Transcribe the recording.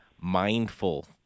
mindful